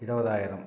இருபதாயிரம்